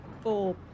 four